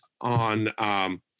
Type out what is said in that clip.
on